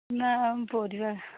ନା ପରିବା